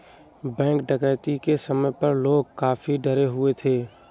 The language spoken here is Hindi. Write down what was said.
बैंक डकैती के समय पर लोग काफी डरे हुए थे